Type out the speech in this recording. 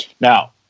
Now